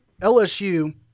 LSU